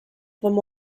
them